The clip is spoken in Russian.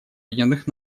объединенных